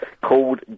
called